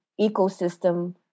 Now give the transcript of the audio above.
ecosystem